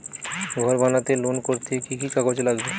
ঘর বানাতে লোন করতে কি কি কাগজ লাগবে?